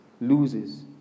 loses